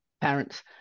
parents